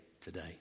today